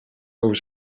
over